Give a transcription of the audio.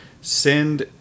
Send